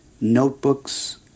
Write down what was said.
notebooks